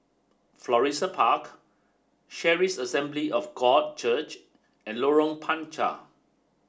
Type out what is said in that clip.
Florissa Park Charis Assembly of God Church and Lorong Panchar